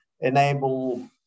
enable